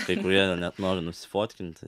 kai kurie net nori nusifotkinti